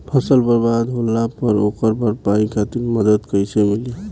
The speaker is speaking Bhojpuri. फसल बर्बाद होला पर ओकर भरपाई खातिर मदद कइसे मिली?